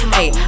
Hey